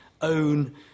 own